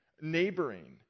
Neighboring